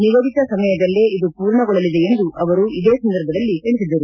ನಿಗದಿತ ಸಮಯದಲ್ಲೇ ಪೂರ್ಣಗೊಳ್ಳಲಿದೆ ಎಂದು ಅವರು ಇದೇ ಸಂದರ್ಭದಲ್ಲಿ ತಿಳಿಸಿದರು